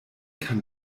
kann